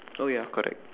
oh ya correct